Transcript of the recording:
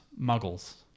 muggles